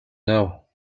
know